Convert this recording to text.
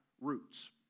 roots